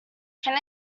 can